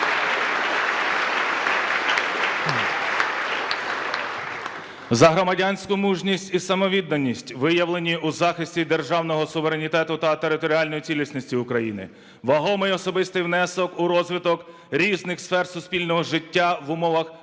За громадянську мужність і самовідданість, виявлені у захисті державного суверенітету та територіальної цілісності України, вагомий особистий внесок у розвиток різних сфер суспільного життя в умовах воєнного